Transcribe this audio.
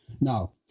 Now